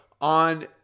on